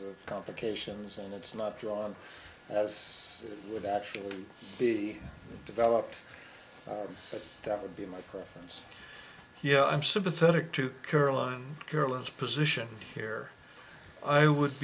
of complications and it's not drawn as it would actually be developed but that would be my preference yeah i'm sympathetic to courland girl its position here i would